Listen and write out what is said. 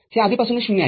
हे आधीपासूनच ० आहे